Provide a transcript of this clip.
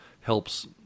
helps